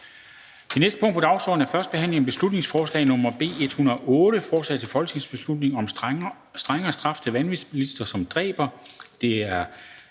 Det næste punkt på dagsordenen er: 18) 1. behandling af beslutningsforslag nr. B 108: Forslag til folketingsbeslutning om strengere straf til vanvidsbilister, som dræber